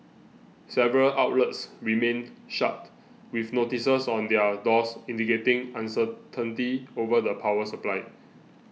several outlets remained shut with notices on their doors indicating uncertainty over the power supply